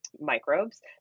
microbes